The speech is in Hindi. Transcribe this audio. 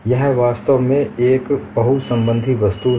यह वास्तव में एक बहु सम्बंधित वस्तु है